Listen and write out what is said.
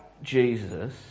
Jesus